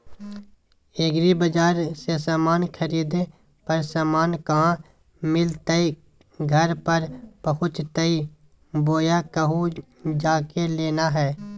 एग्रीबाजार से समान खरीदे पर समान कहा मिलतैय घर पर पहुँचतई बोया कहु जा के लेना है?